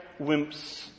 wimps